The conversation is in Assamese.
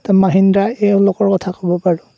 মাহিন্দ্ৰা এওঁলোকৰ কথা ক'ব পাৰোঁ